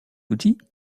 outil